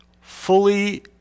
fully